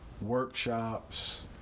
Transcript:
workshops